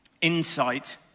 insight